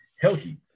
healthy